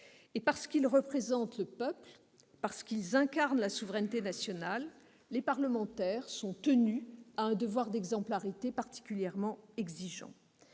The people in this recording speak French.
et parce qu'ils représentent le peuple, parce qu'ils incarnent la souveraineté nationale, les parlementaires sont tenus à un devoir d'exemplarité particulièrement exigeant.